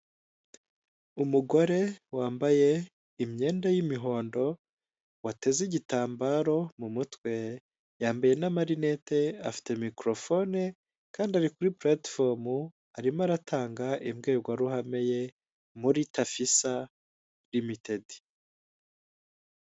Umugore wambaye imyenda y'imihondo, wateze igitambaro mu mutwe, yambaye n'amarinete, afite mikorofone, kandi ari kuri pulatifomu, arimo aratanga imbwirwaruhame ye muri tafisa rimitedi.